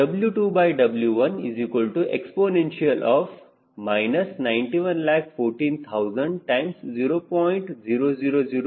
W2W1exp 91140000